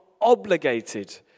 obligated